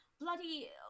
Bloody